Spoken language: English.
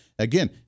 Again